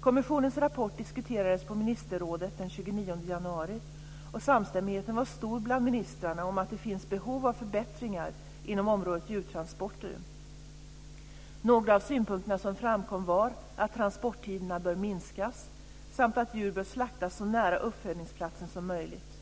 Kommissionens rapport diskuterades på ministerrådsmötet den 29 januari, och samstämmigheten var stor bland ministrarna om att det finns behov av förbättringar inom området djurtransporter. Några av synpunkterna som framkom var att transporttiderna bör minskas samt att djur bör slaktas så nära uppfödningsplatsen som möjligt.